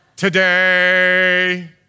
today